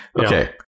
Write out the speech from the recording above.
okay